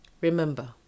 Remember